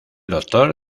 doctor